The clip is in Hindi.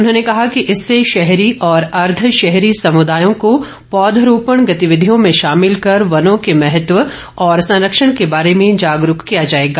उन्होंने कहा कि इससे शहरी और अर्द्वशहरी समुदायों को पौध रोपण गतिविधियों में शामिल कर वनों के महत्व और संरक्षण के बारे में जागरूक किया जाएग